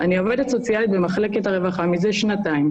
אני עובדת סוציאלית במחלקת הרווחה זה שנתיים,